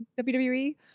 WWE